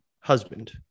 husband